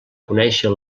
conèixer